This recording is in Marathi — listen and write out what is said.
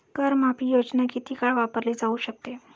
कर माफी योजना किती काळ वापरली जाऊ शकते?